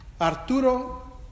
Arturo